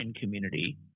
community